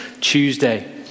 Tuesday